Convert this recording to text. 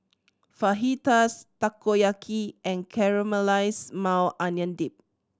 Fajitas Takoyaki and Caramelized Maui Onion Dip